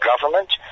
government